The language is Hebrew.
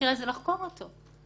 אתם השארתם פתוח את שלוש הנקודות.